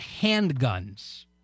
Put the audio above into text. handguns